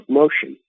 motion